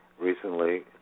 recently